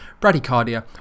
bradycardia